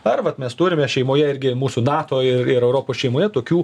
ar vat mes turime šeimoje irgi mūsų nato ir ir europos šeimoje tokių